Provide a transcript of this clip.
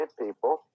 people